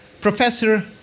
Professor